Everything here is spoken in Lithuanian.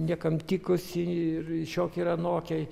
niekam tikusi ir šiokia ir anokia